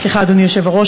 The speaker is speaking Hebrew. אדוני היושב-ראש,